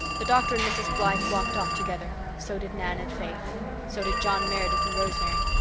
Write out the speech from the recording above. the doctor and mrs. blythe walked off together so did nan and faith so did john meredith and rosemary.